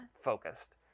focused